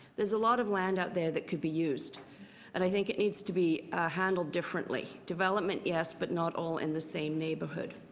there's a lot of land up there that can be used and i think it needs to be handled differently. development, yes, but not all in the same neighbourhood